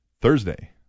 Thursday